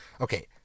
Okay